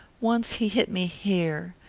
once he hit me here.